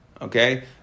Okay